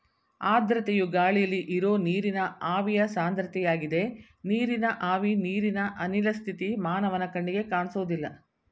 ಆರ್ದ್ರತೆಯು ಗಾಳಿಲಿ ಇರೋ ನೀರಿನ ಆವಿಯ ಸಾಂದ್ರತೆಯಾಗಿದೆ ನೀರಿನ ಆವಿ ನೀರಿನ ಅನಿಲ ಸ್ಥಿತಿ ಮಾನವನ ಕಣ್ಣಿಗೆ ಕಾಣ್ಸೋದಿಲ್ಲ